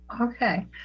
Okay